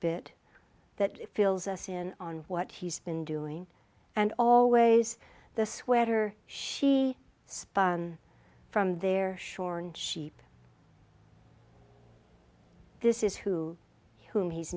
bit that fills us in on what he's been doing and always the sweater she spoke from there shorn sheep this is who whom he's